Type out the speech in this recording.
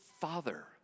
father